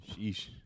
sheesh